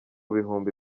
bihumbi